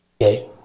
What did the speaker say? Okay